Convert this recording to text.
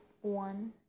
one